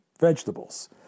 vegetables